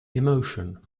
emotion